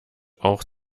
auch